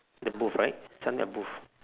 the booth right booth